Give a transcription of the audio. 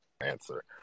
answer